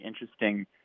interesting